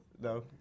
No